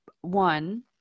One